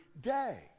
day